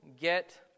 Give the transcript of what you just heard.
get